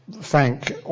thank